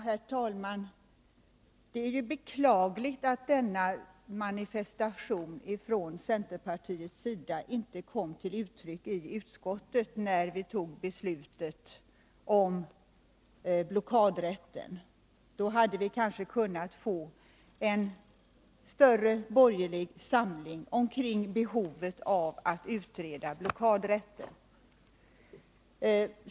Herr talman! Det är ju beklagligt att denna manifestation från centerpartiets sida inte kom till uttryck i utskottet när vi tog ställning till blockadrätten. Iså fall hade vi kanske kunnat få en större borgerlig samling omkring behovet av att utreda blockadrätten.